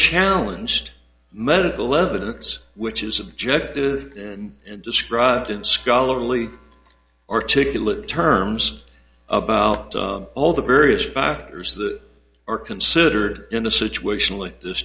unchallenged medical evidence which is subjective and described in scholarly articulate terms about all the various factors that are considered in a situation like this